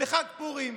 לחג פורים,